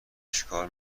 چیکار